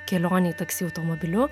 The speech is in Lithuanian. kelionei taksi automobiliu